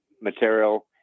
material